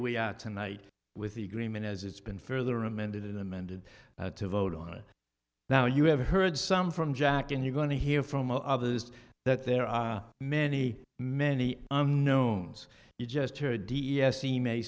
are tonight with the agreement as it's been further amended amended to vote on it now you have heard some from jack and you're going to hear from others that there are many many unknowns you just heard d e s c may